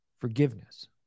Forgiveness